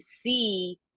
see